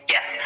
Yes